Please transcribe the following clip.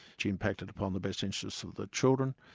she impacted upon the best interests of the children,